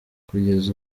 kugeza